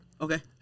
Okay